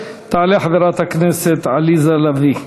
תעלה חברת הכנסת עליזה לביא,